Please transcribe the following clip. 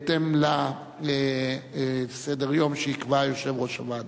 בהתאם לסדר-היום שיקבע יושב-ראש הוועדה.